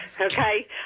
okay